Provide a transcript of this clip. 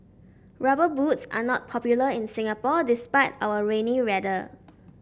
rubber boots are not popular in Singapore despite our rainy weather